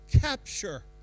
capture